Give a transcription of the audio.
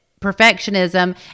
perfectionism